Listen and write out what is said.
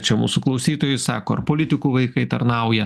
čią mūsų klausytojai sako ar politikų vaikai tarnauja